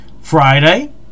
Friday